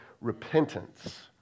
repentance